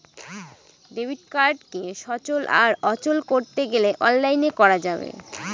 debit কার্ডকে সচল আর অচল করতে গেলে অনলাইনে করা যাবে